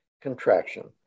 contraction